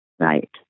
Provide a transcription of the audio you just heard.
Right